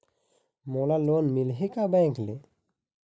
मोला लोन मिलही का बैंक ले?